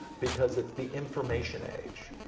because it's the information age,